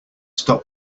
stop